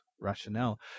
rationale